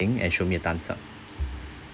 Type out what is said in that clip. ti~ and show me a thumbs up